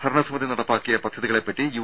ഭരണസമിതി നടപ്പാക്കിയ പദ്ധതികളെപ്പറ്റി യു